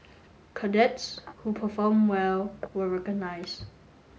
cadets who performed well were recognised